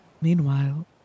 meanwhile